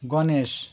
Ganesh